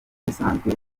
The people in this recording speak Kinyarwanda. bisanzwe